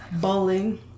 bowling